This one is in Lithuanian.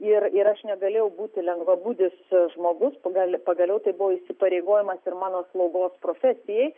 ir ir aš negalėjau būti lengvabūdis žmogus gal pagaliau tai buvo įsipareigojimas ir mano slaugos profesijai